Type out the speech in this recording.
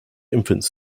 infants